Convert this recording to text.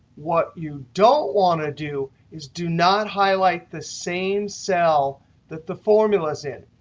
what you don't want to do is do not highlight the same cell that the formula is in.